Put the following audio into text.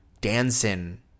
Dancing